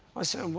i said, well,